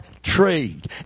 Trade